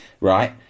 right